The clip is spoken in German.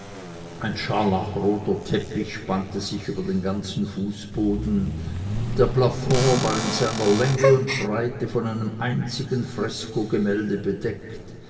ein scharlachroter teppich spannte sich über den ganzen fußboden der plafond war in seiner länge und breite von einem einzigen freskogemälde bedeckt